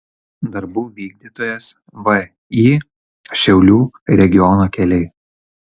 darbų vykdytojas vį šiaulių regiono keliai